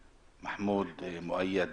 גם לפני כן היינו לצערי בכפר מנדא והיינו